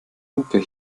lupe